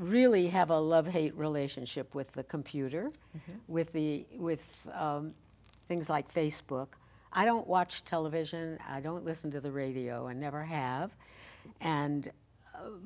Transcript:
really have a love hate relationship with the computer with the with things like facebook i don't watch television and i don't listen to the radio and never have and